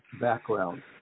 background